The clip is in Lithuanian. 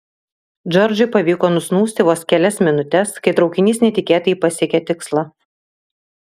džordžui pavyko nusnūsti vos kelias minutes kai traukinys netikėtai pasiekė tikslą